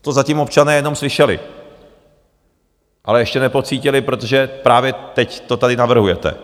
To zatím občané jenom slyšeli, ale ještě nepocítili, protože právě teď to tady navrhujete.